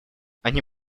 они